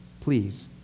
Please